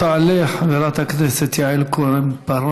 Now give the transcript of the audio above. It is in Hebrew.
תעלה חברת הכנסת יעל כהן-פארן.